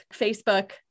Facebook